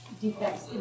defects